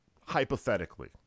hypothetically